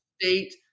State